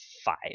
Five